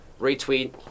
retweet